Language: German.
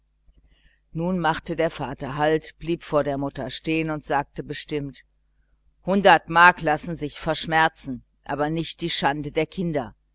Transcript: nun machte der vater halt blieb vor der mutter stehen und sagte bestimmt hundert mark lassen sich verschmerzen nicht aber die schande der kinder